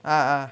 ah